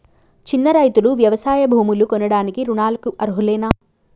చిన్న రైతులు వ్యవసాయ భూములు కొనడానికి రుణాలకు అర్హులేనా?